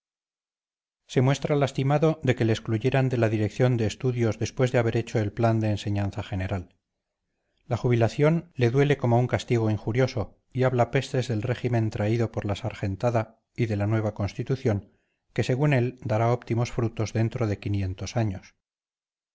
se muestra lastimado de que le excluyeran de la dirección de estudios después de haber hecho el plan de enseñanza general la jubilación le duele como un castigo injurioso y habla pestes del régimen traído por la sargentada y de la nueva constitución que según él dará óptimos frutos dentro de quinientos años